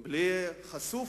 חשוף,